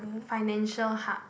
financial hub